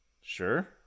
sure